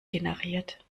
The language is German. generiert